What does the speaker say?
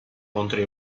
contro